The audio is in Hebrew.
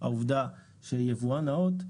אלא אחרי שהמוצר ישתחרר למחסן של היבואן או לדרכי השיווק,